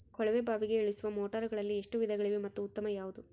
ಕೊಳವೆ ಬಾವಿಗೆ ಇಳಿಸುವ ಮೋಟಾರುಗಳಲ್ಲಿ ಎಷ್ಟು ವಿಧಗಳಿವೆ ಮತ್ತು ಉತ್ತಮ ಯಾವುದು?